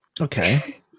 Okay